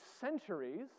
centuries